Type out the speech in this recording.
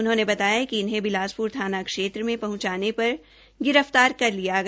उन्होंने बताया कि इन्हें बिलासप्र थाना क्षेत्र में पहंचाने पर गिरफ्तार कर लिया गया